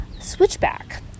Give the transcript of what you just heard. switchback